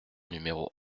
numéro